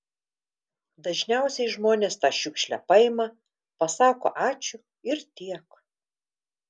dažniausiai žmonės tą šiukšlę paima pasako ačiū ir tiek